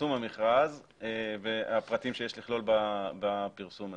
בפרסום המכרז והפרטים שיש לכלול בפרסום הזה.